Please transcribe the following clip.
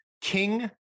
King